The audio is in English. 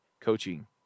coaching